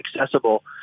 accessible